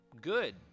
Good